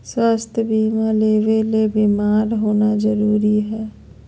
स्वास्थ्य बीमा लेबे ले बीमार होना जरूरी हय?